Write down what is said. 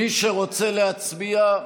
מי שרוצה להצביע,